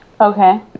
okay